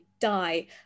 die